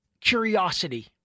curiosity